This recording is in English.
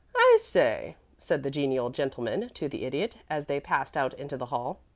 i say, said the genial gentleman to the idiot, as they passed out into the hall,